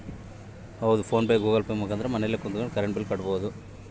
ಮನೆಲ್ ಕುತ್ಕೊಂಡ್ current bill ಕಟ್ಬೊಡು